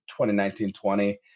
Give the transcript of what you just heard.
2019-20